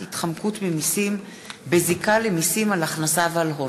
הצעת חוק לתיקון פקודת מס הכנסה (פטור ממס על ריבית שנצברה בקרן להשכלה